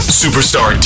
superstar